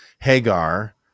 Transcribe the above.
Hagar